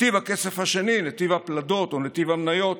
נתיב הכסף השני, נתיב הפלדות או נתיב המניות,